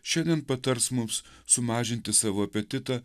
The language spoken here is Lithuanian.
šiandien patars mums sumažinti savo apetitą